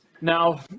Now